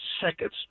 seconds